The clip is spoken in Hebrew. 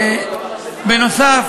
הבנו.